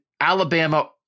Alabama